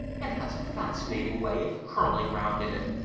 and has a fascinating way of curling round in it,